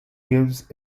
gives